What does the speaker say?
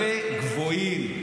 אלה גבוהים,